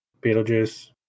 Beetlejuice